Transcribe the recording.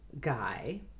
guy